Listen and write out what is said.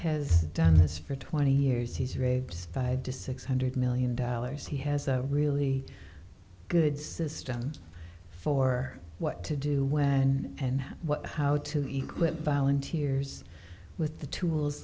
has done this for twenty years he's rape's guide to six hundred million dollars he has a really good system for what to do when and what how to eclipse volunteers with the tools